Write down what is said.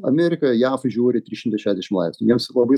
amerika jav žiūri trys šimtai šešdešim laipsnių jiems labai